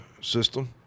system